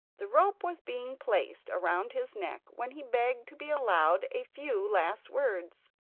the rope was being placed round his neck, when he begged to be allowed a few last words.